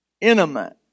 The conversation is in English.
intimate